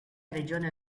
regione